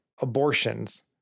abortions